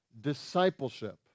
discipleship